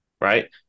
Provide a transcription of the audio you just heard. right